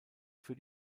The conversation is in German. für